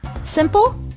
Simple